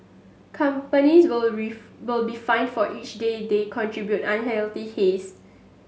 companies will will be fined for each day they contribute unhealthy haze